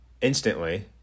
instantly